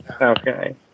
Okay